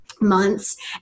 months